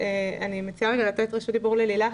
אני מציעה לתת את רשות הדיבור ללילך